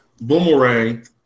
Boomerang